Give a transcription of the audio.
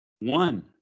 One